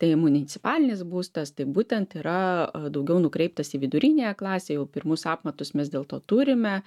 tai municipalinis būstas tai būtent yra daugiau nukreiptas į viduriniąją klasę jau pirmus apmatus mes dėl to turime